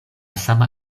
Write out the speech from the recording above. sama